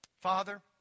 Father